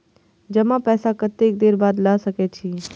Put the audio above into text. जमा पैसा कतेक देर बाद ला सके छी?